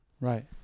right